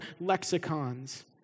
lexicons